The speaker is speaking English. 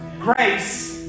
grace